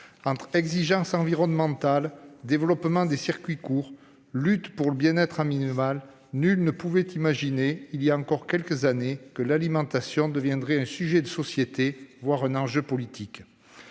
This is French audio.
Exigence environnementale, développement des circuits courts, lutte pour le bien-être animal : nul ne pouvait imaginer, il y a encore quelques années, que l'alimentation deviendrait un sujet de société, voire un enjeu politique.